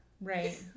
Right